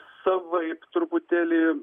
savaip truputėlį